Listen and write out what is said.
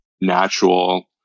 natural